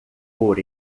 por